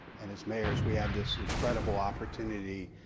and as mayors, we have this incredible opportunity